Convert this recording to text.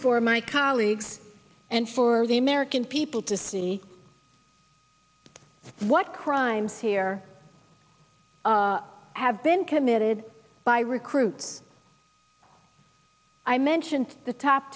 for my colleagues and for the american people to see what crimes here have been committed by recruit i mentioned the top